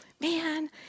man